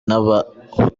n’abahutu